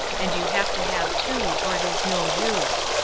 and you have to have two, or it is no use.